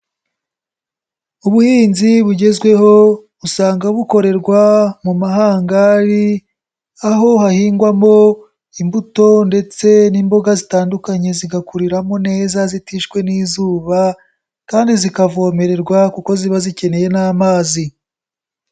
Ubuhinzi bugezweho usanga bukorerwa mu mahangari. Aho hahingwamo imbuto ndetse n'imboga zitandukanye zigakuriramo neza zitishwe n'izuba kandi zikavomererwa kuko ziba zikeneye n'amazi.